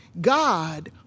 God